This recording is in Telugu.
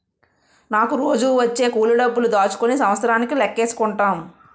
నాకు రోజూ వచ్చే కూలి డబ్బులు దాచుకుని సంవత్సరానికి లెక్కేసుకుంటాం